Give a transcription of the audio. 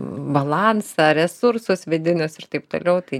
balansą resursus vidinius ir taip toliau tai